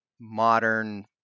modern